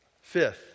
Fifth